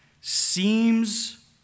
seems